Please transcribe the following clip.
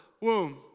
womb